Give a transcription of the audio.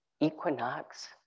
equinox